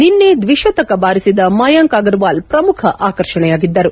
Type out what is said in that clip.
ನಿನ್ನೆ ದ್ವಿಶತಕ ಬಾರಿಸಿದ ಮಯಾಂಕ್ ಅಗರ್ವಾಲ್ ಪ್ರಮುಖ ಆಕರ್ಷಣೆಯಾಗಿದ್ದರು